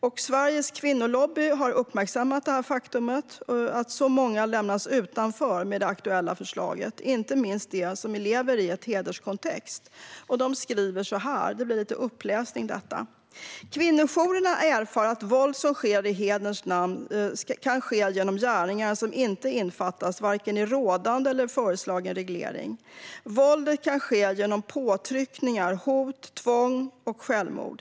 Också Sveriges Kvinnolobby har uppmärksammat det faktum att många lämnas utanför med det aktuella förslaget, inte minst de som lever i en hederskontext. Sveriges Kvinnolobby skriver så här: Kvinnojourerna erfar att våld som sker i hederns namn kan ske genom gärningar som inte innefattas i vare sig rådande eller föreslagen reglering. Våldet kan ske genom påtryckningar, hot, tvång och självmord.